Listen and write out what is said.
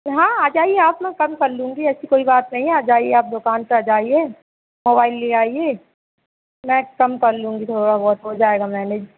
हाँ आ जाइए आपलोग कभी कर लूँगी ऐसी कोई बात नहीं है आ जाइए आप दोकान पर आ जाइए मोबाइल ले आइए मैं कम कर लूँगी थोड़ा बहुत हो जाएगा मैनेज़